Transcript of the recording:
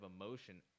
emotion